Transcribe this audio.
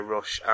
Rush